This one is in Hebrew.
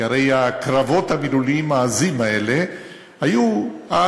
כי הרי הקרבות המילוליים העזים האלה היו על,